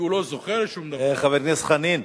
כי הוא לא זוכה לשום דבר חבר הכנסת חנין,